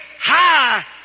high